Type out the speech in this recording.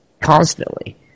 constantly